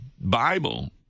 Bible